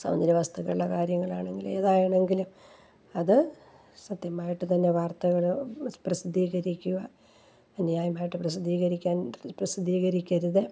സൗന്ദര്യ വസ്തുക്കളുടെ കാര്യങ്ങളാണെങ്കിലും ഏതായാണെങ്കിലും അതു സത്യമായിട്ടു തന്നെ വാർത്തകൾ പ്രസിദ്ധീകരിക്കുക അന്യായമായിട്ടു പ്രസിദ്ധീകരിക്കാൻ പ്രസിദ്ധീകരിക്കരുത്